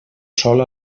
sol